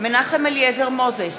מנחם אליעזר מוזס,